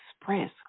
express